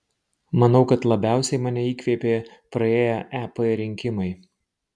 manau kad labiausiai mane įkvėpė praėję ep rinkimai